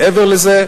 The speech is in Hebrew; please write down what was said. מעבר לזה,